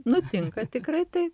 nutinka tikrai taip